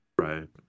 Right